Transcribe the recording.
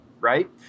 right